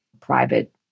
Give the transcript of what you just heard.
private